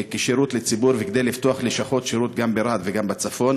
כשירות לציבור וכדי לפתוח לשכות שירות גם ברהט וגם בצפון.